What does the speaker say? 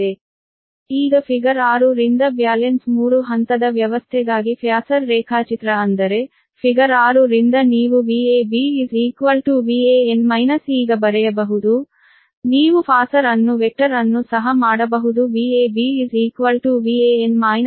ಆದ್ದರಿಂದ ಈಗ ಫಿಗರ್ 6 ರಿಂದ ಬ್ಯಾಲೆನ್ಸ್ 3 ಹಂತದ ವ್ಯವಸ್ಥೆಗಾಗಿ ಫೇಸರ್ ರೇಖಾಚಿತ್ರ ಅಂದರೆ ಫಿಗರ್ 6 ರಿಂದ ನೀವು Vab Van ಮೈನಸ್ ಈಗ ಬರೆಯಬಹುದು ನೀವು ಫೇಸರ್ ಅನ್ನು ವೆಕ್ಟರ್ ಅನ್ನು ಸಹ ಮಾಡಬಹುದು Vab Van -Vbn